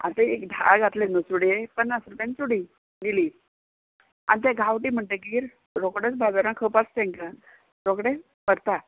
आतां एक धा घातले न्हू चुडे पन्नास रुपयान चुडी दिली आनी ते गांवटी म्हणटगीर रोकडेच बाजारान खप आसा तेंकां रोकडें भरता